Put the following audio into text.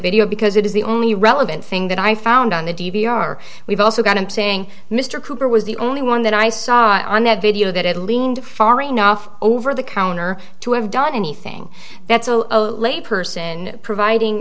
video because it is the only relevant thing that i found on the d v r we've also got him saying mr cooper was the only one that i saw on that video that had leaned far enough over the counter to have done anything that's a lay person providing